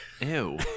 Ew